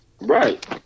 Right